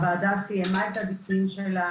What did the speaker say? הוועדה סיימה את העבודה שלה,